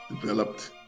developed